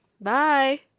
Bye